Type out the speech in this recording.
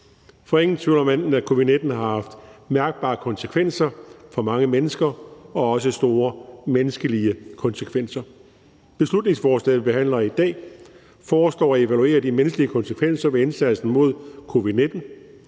er ingen tvivl om, at covid-19 har haft mærkbare konsekvenser for mange mennesker og også store menneskelige konsekvenser. Beslutningsforslaget, vi behandler i dag, foreslår at evaluere de menneskelige konsekvenser ved indsatsen mod covid-19.